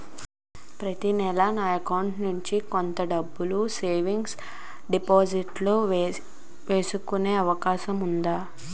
ప్రతి నెల నా అకౌంట్ నుండి కొంత డబ్బులు సేవింగ్స్ డెపోసిట్ లో వేసుకునే అవకాశం ఉందా?